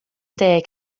deg